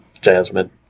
Jasmine